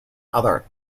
other